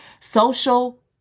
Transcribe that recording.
Social